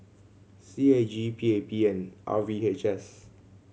C A G P A P and R V H S